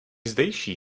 zdejší